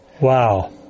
Wow